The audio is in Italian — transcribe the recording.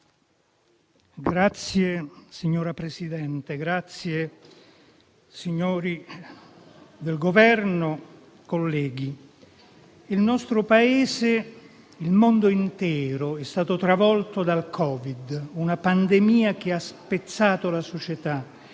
il nostro Paese, o meglio il mondo intero è stato travolto dal Covid, una pandemia che ha spezzato la società,